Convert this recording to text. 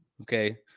okay